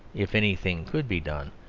if anything could be done,